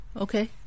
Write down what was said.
Okay